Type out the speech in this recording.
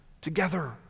Together